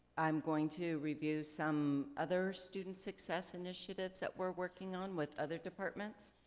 i'm going to review some other student success initiatives that we're working on with other departments.